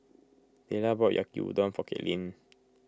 Tayla bought Yaki Udon for Kaitlynn